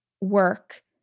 work